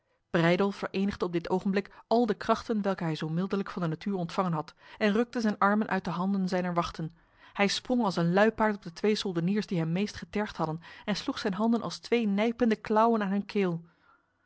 breydel verenigde op dit ogenblik al de krachten welke hij zo mildelijk van de natuur ontvangen had en rukte zijn armen uit de handen zijner wachten hij sprong als een luipaard op de twee soldeniers die hem meest getergd hadden en sloeg zijn handen als twee nijpende klauwen aan hun keel